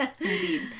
Indeed